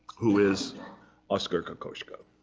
who is oskar kokoschka,